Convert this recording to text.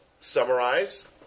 summarize